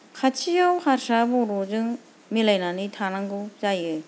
खाथियाव हारसा बर'जों मिलायनानै थानांगौ जायो